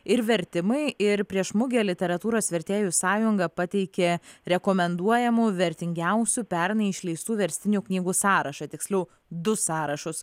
ir vertimai ir prieš mugę literatūros vertėjų sąjunga pateikė rekomenduojamų vertingiausių pernai išleistų verstinių knygų sąrašą tiksliau du sąrašus